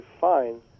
fine